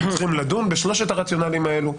אנחנו צריכים לדון בשלושת הרציונלים האלה,